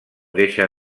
deixa